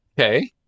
Okay